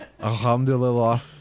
Alhamdulillah